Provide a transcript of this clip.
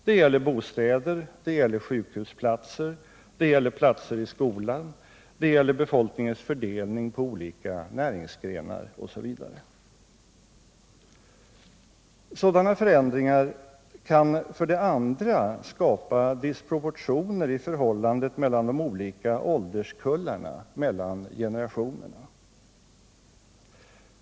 Det gäller bostäder, det gäller sjukhusplatser, det gäller platser i skolan, det gäller befolkningens fördelning på olika näringsgrenar osv. Sådana förändringar kan för det andra skapa disproportioner i förhållandet mellan de olika ålderskullarna, mellan generationerna.